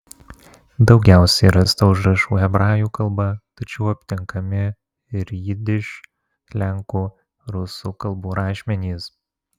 daugiausiai rasta užrašų hebrajų kalba tačiau aptinkami ir jidiš lenkų rusų kalbų rašmenys